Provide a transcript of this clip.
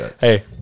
Hey